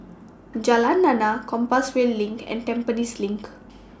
Jalan Lana Compassvale LINK and Tampines LINK